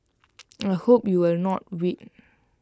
I hope you will not wait